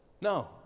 No